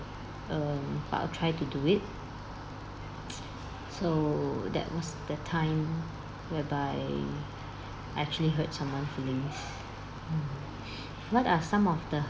um but I'll try to do it so that was that time whereby I actually hurt someone feelings what are some of the